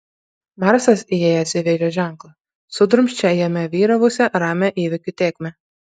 marsas įėjęs į vėžio ženklą sudrumsčia jame vyravusią ramią įvykių tėkmę